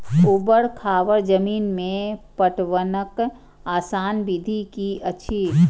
ऊवर खावर जमीन में पटवनक आसान विधि की अछि?